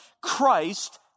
Christ